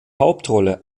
hauptrolle